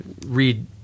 read